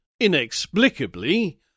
inexplicably